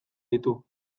ditu